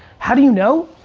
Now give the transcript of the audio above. how do you know?